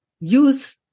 youth